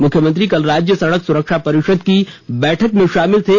मुख्यमंत्री कल राज्य सड़क सुरक्षा परिषद की बैठक में शामिल थे